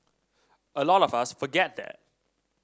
a lot of us forget that